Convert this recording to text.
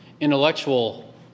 Intellectual